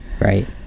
Right